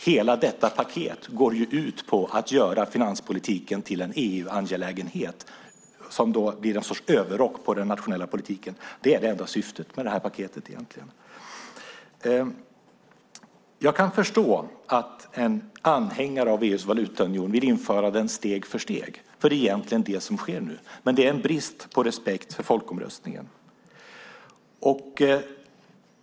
Hela detta paket går ju ut på att göra finanspolitiken till en EU-angelägenhet, som då blir en sorts överrock på den nationella politiken. Det är det enda syftet med det här paketet egentligen. Jag kan förstå att en anhängare av EU:s valutaunion vill införa den steg för steg. Det är ju egentligen det som sker nu. Men det är en brist på respekt för folkomröstningen.